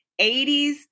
80s